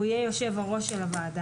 והוא יהיה יושב-הראש של הוועדה,